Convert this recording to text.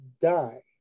die